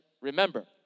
remember